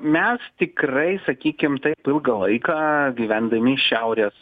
mes tikrai sakykime taip ilgą laiką gyvendami šiaurės